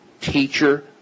teacher